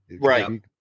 right